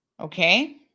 Okay